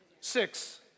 Six